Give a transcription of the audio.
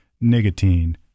nicotine